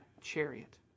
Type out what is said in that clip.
chariot